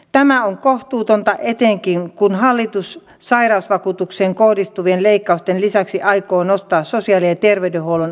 tämä on kohtuutonta etenkin kun hallitus sairausvakuutukseen kohdistuvien leikkausten lisäksi aikoo nostaa sosiaali ja terveydenhuollon